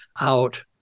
out